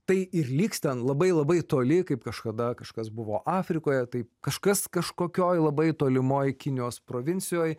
tai ir liks ten labai labai toli kaip kažkada kažkas buvo afrikoje taip kažkas kažkokioj labai tolimoj kinijos provincijoj